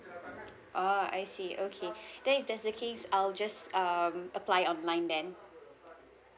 ah I see okay then if that's the case I'll just um apply online then